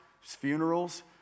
funerals